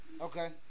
Okay